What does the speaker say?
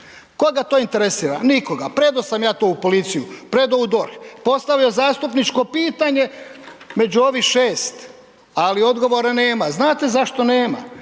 Koga to interesira? Nikoga, predao sam ja to u policiju, predao u DORH, postavio zastupničko pitanje, među ovih 6. Ali, odgovora nema. Znate zašto nema?